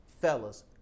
fellas